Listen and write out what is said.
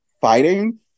fighting